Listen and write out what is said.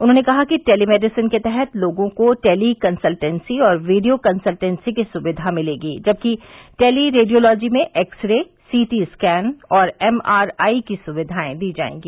उन्होंने कहा कि टेली मेडिसिन के तहत लोगों को टेली कंसल्टेंसी और वीडियो कंसल्टेंसी की सुविधा मिलेगी जबकि टेली रेडियोलॉजी में एक्स रे सीटी स्कैन और एमआरआई की सुविधाएं दी जायेंगी